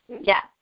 Yes